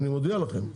אני מודיע לכם.